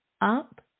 up